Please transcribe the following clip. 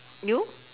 you